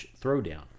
Throwdown